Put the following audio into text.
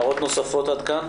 הערות נוספות עד כאן?